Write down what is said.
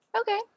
Okay